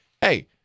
hey